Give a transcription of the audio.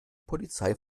polizei